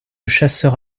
chasseurs